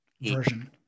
version